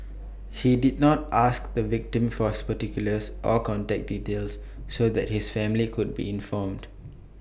he did not ask the victim for his particulars or contact details so that his family could be informed